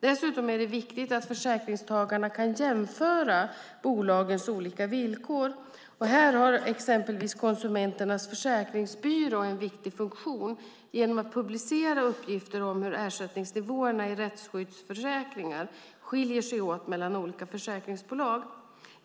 Dessutom är det viktigt att försäkringstagarna kan jämföra bolagens olika villkor. Här har exempelvis Konsumenternas försäkringsbyrå en viktig funktion genom att publicera uppgifter om hur ersättningsnivåerna i rättsskyddsförsäkringar skiljer sig mellan olika försäkringsbolag.